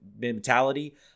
mentality